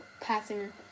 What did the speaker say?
Passing